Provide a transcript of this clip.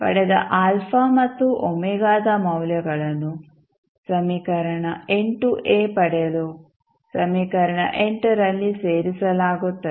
ಪಡೆದ α ಮತ್ತು ω ದ ಮೌಲ್ಯಗಳನ್ನು ಸಮೀಕರಣ ಪಡೆಯಲು ಸಮೀಕರಣ ರಲ್ಲಿ ಸೇರಿಸಲಾಗುತ್ತದೆ